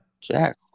Jack